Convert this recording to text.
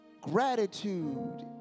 Gratitude